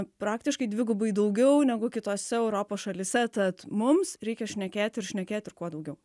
praktiškai dvigubai daugiau negu kitose europos šalyse tad mums reikia šnekėti ir šnekėti ir kuo daugiau